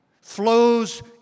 flows